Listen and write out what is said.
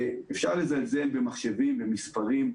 אפשר לזלזל במחשבים, במספרים.